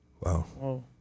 Wow